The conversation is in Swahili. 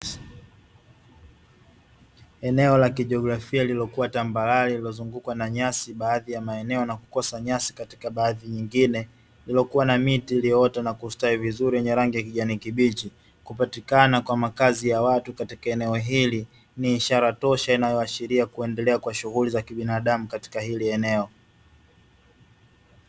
Eneo la kijiografia lililo kua tambalale lililo zungukwa na nyasi baadhi ya maeneo na kukosa nyasi katika baadhi nyingine, lililo kua na miti iliyo ota na kustawi vizuri yenye rangi ya kijani kibichi, kupatikana kwa makazi ya watu katika eneo hili ni ishara tosha inayo ashiria kuendelea kwa shughuli za kibinadamu katika hili eneo.